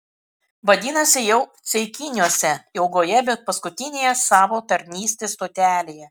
vadinasi jau ceikiniuose ilgoje bet paskutinėje savo tarnystės stotelėje